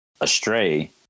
astray